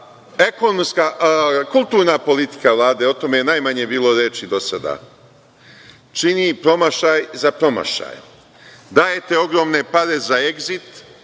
Srbije. Dalje, kulturna politika Vlade, o tome je najmanje bilo reči do sada, čini promašaj za promašajem. Dajete ogromne pare za „Egzit“